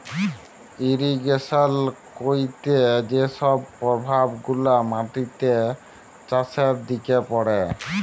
irrigation ক্যইরতে যে ছব পরভাব গুলা মাটিতে, চাষের দিকে পড়ে